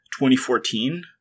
2014